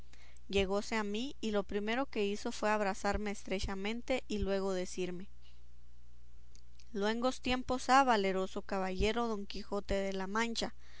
admiraron llegóse a mí y lo primero que hizo fue abrazarme estrechamente y luego decirme luengos tiempos ha valeroso caballero don quijote de la mancha